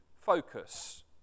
focus